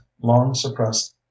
long-suppressed